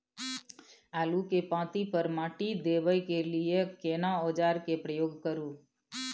आलू के पाँति पर माटी देबै के लिए केना औजार के प्रयोग करू?